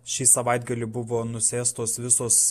šį savaitgalį buvo nusėstos visos